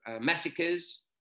massacres